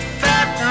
fat